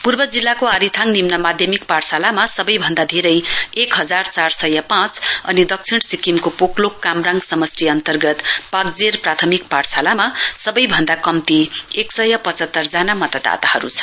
पूर्व जिल्लाको आरिथाङ निम्न माध्यमिक पाठशालामा सबैभन्दा धेरै एक हजार चार सय पाँच अनि दक्षिण सिक्किमको पोकलोक कामराङ समष्टि अन्तर्गत पाक्जेर प्राथमिक पाठशालामा सबैभन्दा कम्ती एकसय पचहत्तर जना मतदाताहरू छन्